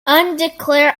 undeclared